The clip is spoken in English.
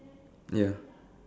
ya